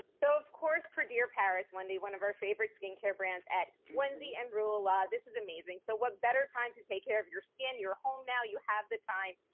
so of course predire paris, wendy, one of our favorite skincare brands at wendy and rue ah la la, this is amazing. so what better time to take care of your skin? you're home now, you have the time,